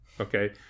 okay